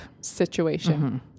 situation